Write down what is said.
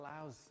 allows